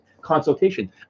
Consultation